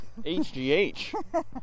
HGH